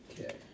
Okay